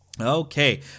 Okay